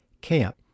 Camp